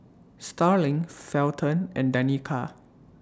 Starling Felton and Danica